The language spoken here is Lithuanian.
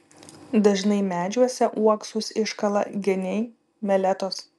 dažnai medžiuose uoksus iškala geniai meletos